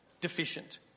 deficient